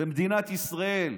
במדינת ישראל.